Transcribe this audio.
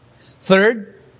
Third